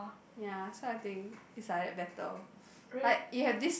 ya so I think if like that better but you have this